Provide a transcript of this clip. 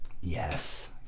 Yes